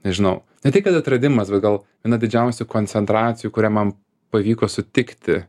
nežinau ne tai kad atradimas bet gal viena didžiausių koncentracijų kurią mam pavyko sutikti